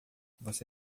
você